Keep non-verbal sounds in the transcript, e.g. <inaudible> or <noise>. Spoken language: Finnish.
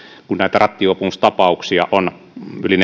kun näitä rattijuopumustapauksia on yli <unintelligible>